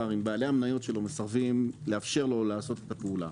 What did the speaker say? אם בעלי המניות שלו מסרבים לאפשר לו לעשות את הפעולה